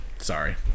sorry